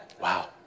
Wow